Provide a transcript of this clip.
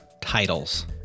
titles